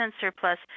surplus